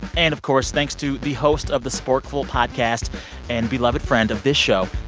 and, of course, thanks to the host of the sporkful podcast and beloved friend of this show,